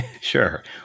Sure